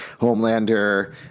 Homelander